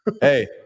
hey